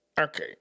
okay